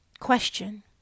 Question